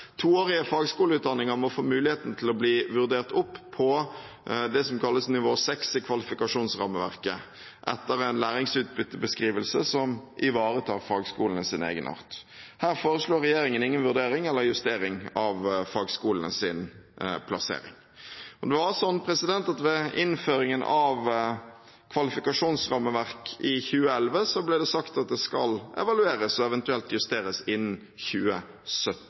må få mulighet til å bli vurdert opp på det som kalles nivå 6 i kvalifikasjonsrammeverket, etter en læringsutbyttebeskrivelse som ivaretar fagskolenes egenart. Her foreslår regjeringen ingen vurdering eller justering av fagskolenes plassering. Ved innføringen av kvalifikasjonsrammeverk i 2011 ble det sagt at det skal evalueres og eventuelt justeres innen 2017.